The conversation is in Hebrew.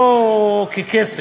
לא ככסף,